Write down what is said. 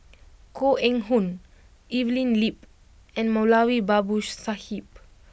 Koh Eng Hoon Evelyn Lip and Moulavi Babu Sahib